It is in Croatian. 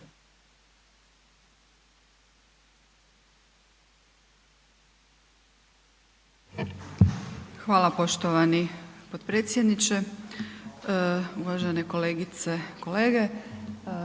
Hvala poštovani potpredsjedniče, uvažene kolegice, kolege,